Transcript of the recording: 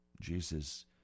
Jesus